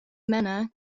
manner